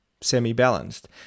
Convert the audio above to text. semi-balanced